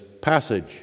passage